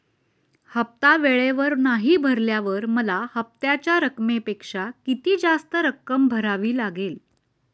हफ्ता वेळेवर नाही भरल्यावर मला हप्त्याच्या रकमेपेक्षा किती जास्त रक्कम भरावी लागेल?